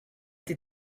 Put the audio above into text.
did